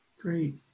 great